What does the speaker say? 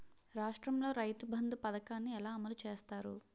రాష్ట్రంలో రైతుబంధు పథకాన్ని ఎలా అమలు చేస్తారు?